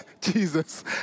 Jesus